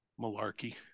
Malarkey